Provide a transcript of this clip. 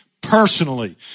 personally